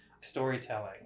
storytelling